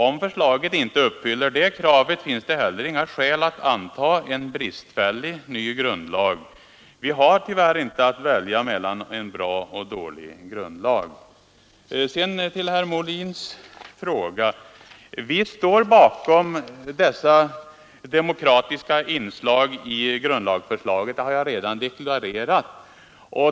Om förslaget inte tillgodoser det kravet, finns det heller inget skäl att anta en bristfällig ny grundlag. Vi har tyvärr inte att välja mellan en bra och en dålig grundlag. Sedan till herr Molins fråga. Vi står bakom de demokratiska inslagen i grundlagsförslaget, som jag redan deklarerat.